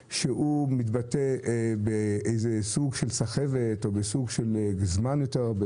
שמתבטא בסוג של סחבת או בזמן רב יותר.